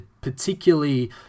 particularly